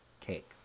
cake